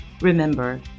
Remember